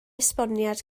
esboniad